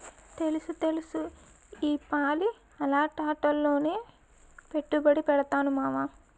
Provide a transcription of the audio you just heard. తెలుస్తెలుసు ఈపాలి అలాటాట్లోనే పెట్టుబడి పెడతాను మావా